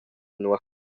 nua